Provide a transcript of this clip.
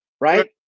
Right